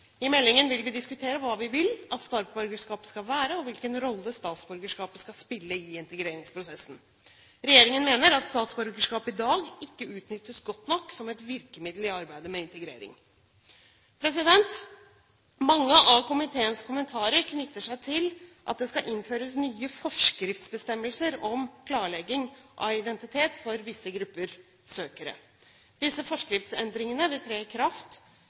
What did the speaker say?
I meldingen vil vi diskutere hva vi vil at statsborgerskapet skal være og hvilken rolle statsborgerskapet skal spille i integreringsprosessen. Regjeringen mener at statsborgerskap i dag ikke utnyttes godt nok som et virkemiddel i arbeidet med integrering. Mange av komiteens kommentarer knytter seg til at det skal innføres nye forskriftsbestemmelser om klarlegging av identitet for visse grupper søkere. Disse forskriftsendringene vil tre i kraft